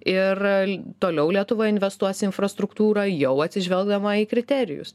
ir toliau lietuva investuos infrastruktūrą jau atsižvelgdama į kriterijus